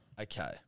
Okay